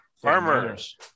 Farmers